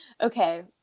Okay